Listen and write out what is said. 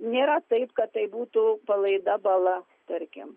nėra taip kad tai būtų palaida bala tarkim